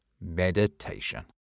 meditation